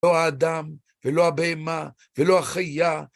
ולא האדם, ולא הבהמה, ולא החיה.